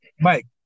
Mike